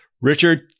Richard